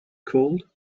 cold